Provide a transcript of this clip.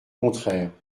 contraire